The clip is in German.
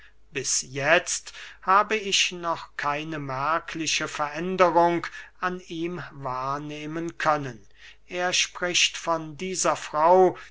bis jetzt habe ich noch keine merkliche veränderung an ihm wahrnehmen können er spricht von dieser frau